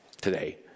today